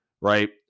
right